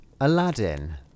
Aladdin